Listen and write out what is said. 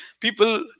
People